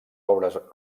obres